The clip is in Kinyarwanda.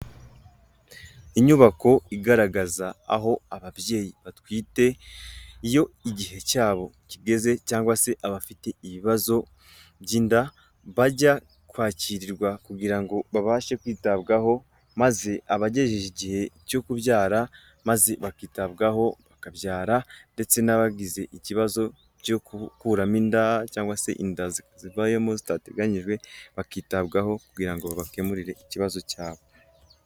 Inyubako igaragaza aho ababyeyi batwite iyo igihe cyabo kigeze cyangwa se abafite ibibazo by'inda bajya kwakirwa kugira ngo babashe kwitabwaho, maze abagejeje igihe cyo kubyara maze bakitabwaho bakabyara, ndetse n'abagize ikibazo byo gukuramo inda cyangwa se inda zivuyemo zitateganyijwe bakitabwaho kugira ngo ba bakemurire ikibazo cyabo.